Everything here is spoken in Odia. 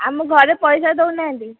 ଆମ ଘରେ ପଇସା ଦେଉ ନାହାଁନ୍ତି